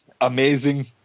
amazing